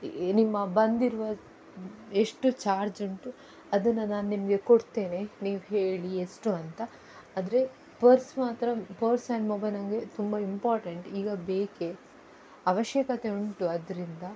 ನಿಮ್ಮ ಬಂದಿರುವ ಎಷ್ಟು ಚಾರ್ಜ್ ಉಂಟು ಅದನ್ನು ನಾನು ನಿಮಗೆ ಕೊಡ್ತೇನೆ ನೀವು ಹೇಳಿ ಎಷ್ಟು ಅಂತ ಆದರೆ ಪರ್ಸ್ ಮಾತ್ರ ಪರ್ಸ್ ಆ್ಯಂಡ್ ಮೊಬೈಲ್ ನನ್ಗೆ ತುಂಬಾ ಇಂಪಾರ್ಟೆಂಟ್ ಈಗ ಬೇಕು ಅವಶ್ಯಕತೆ ಉಂಟು ಅದರಿಂದ